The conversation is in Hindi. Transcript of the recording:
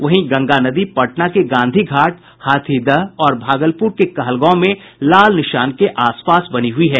वहीं गंगा नदी पटना के गांधी घाट हाथीदह और भागलपुर के कहलगांव में लाल निशान के आस पास बनी हुयी है